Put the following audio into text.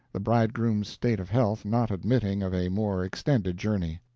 the bridegroom's state of health not admitting of a more extended journey.